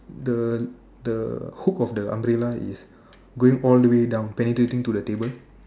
the the hook of the umbrella is going all the way down penetrating to the table